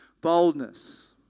boldness